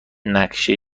نقشه